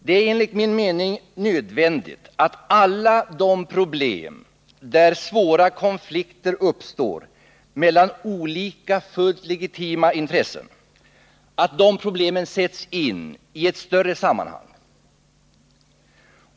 Det är enligt min mening nödvändigt att alla de problem som innebär att svåra konflikter uppstår mellan olika, fullt legitima intressen, sätts in i ett större sammanhang.